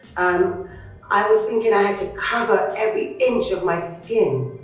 um i was thinking i had to cover every inch of my skin.